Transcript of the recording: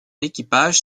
équipage